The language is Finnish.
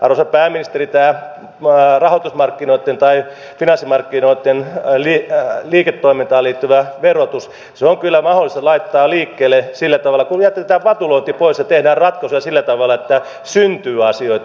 ja arvoisa pääministeri tämä rahoitusmarkkinoitten finanssimarkkinoitten liiketoimintaan liittyvä verotus on kyllä mahdollista laittaa liikkeelle kun jätetään vatulointi pois ja tehdään ratkaisuja sillä tavalla että syntyy asioita